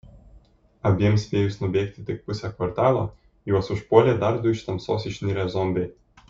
abiem spėjus nubėgti tik pusę kvartalo juos užpuolė dar du iš tamsos išnirę zombiai